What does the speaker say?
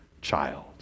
child